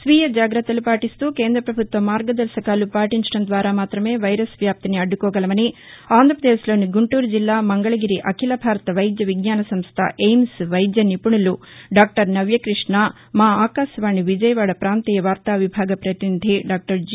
స్వీయ జాగ్రత్తలు పాటీస్తూ కేంద్ర ప్రభుత్వ మార్గదర్భకాలు పాటించడం ద్వారా మాత్రమే వైరస్ వ్యాప్తిని అడ్డుకోగలమని ఆంధ్రప్రదేశ్లోని గుంటూరు జిల్లా మంగళగిరి అఖీల భారత వైద్య విజ్ఞాన సంస్ట ఎయిమ్స్ వైద్య నిపుణులు డాక్టర్ నవ్య కృష్ణ మా ఆకాశవాణి విజయవాడ ప్రాంతీయ వార్తా విభాగ ప్రతినిధి డాక్టర్ జి